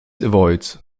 avoids